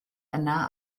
yna